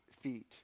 feet